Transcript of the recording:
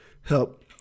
help